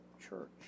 church